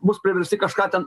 bus priversti kažką ten